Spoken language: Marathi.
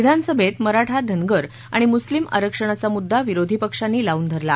विधानसभेत मराठा धनगर आणि मुस्लिम आरक्षणाचा मुद्दा विरोधी पक्षांनी लावून धरला